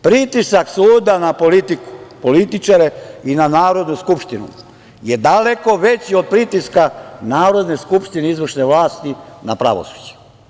Pritisak suda na politiku, političare i na Narodnu skupštinu je daleko veći od pritiska Narodne skupštine i izvršne vlasti na pravosuđe.